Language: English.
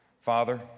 Father